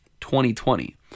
2020